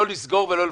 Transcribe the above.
לא לסגור ולא לפטר.